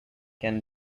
can